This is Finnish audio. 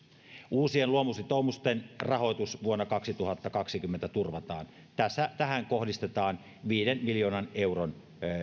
uusien luomusitoumusten rahoitus vuonna kaksituhattakaksikymmentä turvataan tähän kohdistetaan viiden miljoonan euron